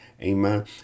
Amen